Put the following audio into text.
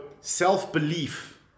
self-belief